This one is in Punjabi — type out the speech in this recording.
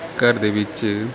ਘਰ ਦੇ ਵਿੱਚ